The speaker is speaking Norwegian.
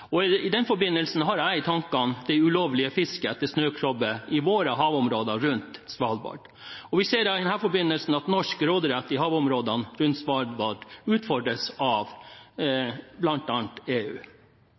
høyeste grad. I den forbindelse har jeg i tankene det ulovlige fisket etter snøkrabbe i våre havområder rundt Svalbard. Vi ser i den forbindelse at norsk råderett i havområdene rundt Svalbard utfordres av